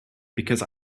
because